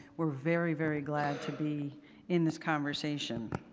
we're very, very glad to be in this conversation.